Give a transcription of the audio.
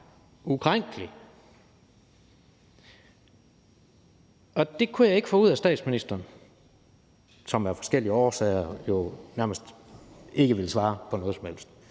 ukrænkelig. Det kunne jeg ikke få ud af statsministeren, som af forskellige årsager jo nærmest ikke vil svare på noget som helst.